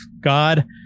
god